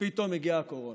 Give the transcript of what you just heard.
ופתאום הגיעה הקורונה,